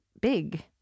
big